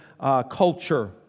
culture